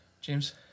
James